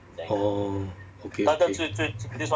orh okay